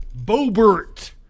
Bobert